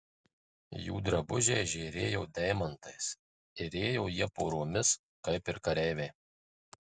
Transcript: jų drabužiai žėrėjo deimantais ir ėjo jie poromis kaip ir kareiviai